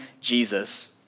Jesus